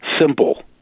simple